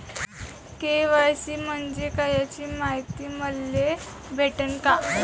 KYC म्हंजे काय याची मायती मले भेटन का?